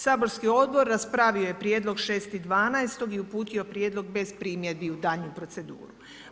Saborski odbor raspravio je prijedlog 6.12. i uputio prijedlog bez primjedbi u daljnju proceduru.